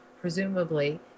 Presumably